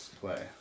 Play